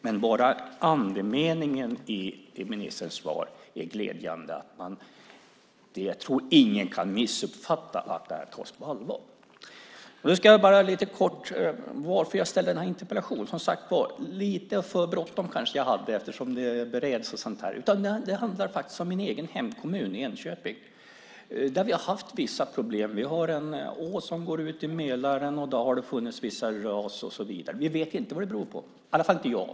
Men bara andemeningen i ministerns svar är glädjande. Jag tror ingen kan missuppfatta att det här tas på allvar. Nu ska jag bara lite kort berätta varför jag ställde den här interpellationen. Lite för bråttom kanske jag hade eftersom frågan bereds. Det handlar faktiskt om min egen hemkommun, Enköping. Där har vi haft vissa problem. Vi har en å som rinner ut i Mälaren där det har förekommit vissa ras. Vi vet inte vad det beror på, i alla fall inte jag.